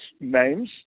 names